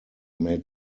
made